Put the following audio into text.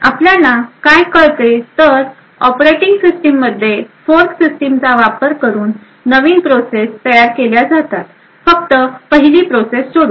आपल्याला काय कळते तर ऑपरेटिंग सिस्टीम मध्ये फोर्क सिस्टिम चा वापर करून प्रोसेस तयार केल्या जातात फक्त पहिली प्रोसेस सोडून